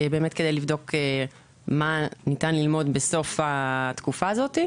כדי לבדוק באמת מה ניתן ללמוד בסוף התקופה הזאת,